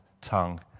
tongue